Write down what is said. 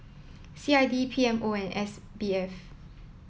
C I D P M O and S B F